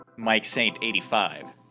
MikeSaint85